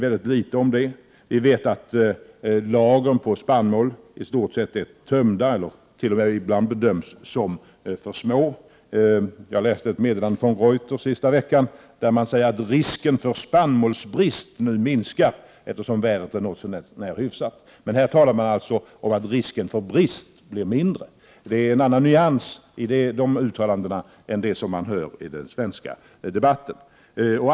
Vi vet att spannmålslagren i stort sett är tömda eller ibland bedöms som för små. Jag läste ett meddelande från Reuter den senaste veckan där man säger att risken för spannmålsbrist nu minskar, eftersom vädret är något så när hyfsat. Här talar man alltså om att risken för brist blir mindre. Det är en annan nyansi de uttalandena än i det man hör i den svenska debatten.